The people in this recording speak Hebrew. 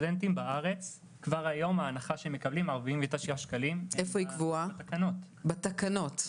שסטודנטים בארץ מקבלים קבועה בתקנות.